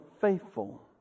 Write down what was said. faithful